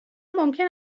ممکن